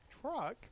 truck